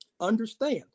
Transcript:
Understand